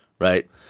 Right